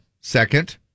second